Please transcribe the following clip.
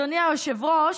אדוני היושב-ראש,